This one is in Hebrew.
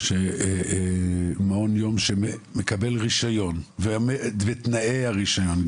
שמעון יום שמקבל רישיון ועומד בתנאי הרישיון,